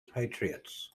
patriots